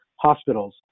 hospitals